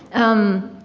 um,